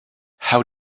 how